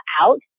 out